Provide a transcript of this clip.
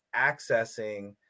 accessing